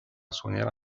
suonerà